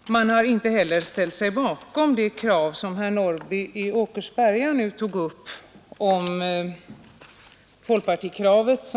Utskottet har inte heller ställt sig bakom det ”för tidigt väckta folkpartikrav”, som herr Norrby i Åkersberga här tog upp, kravet